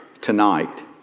tonight